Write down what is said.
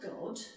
God